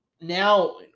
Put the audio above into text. now